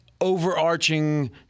overarching